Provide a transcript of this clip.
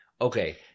okay